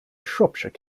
shropshire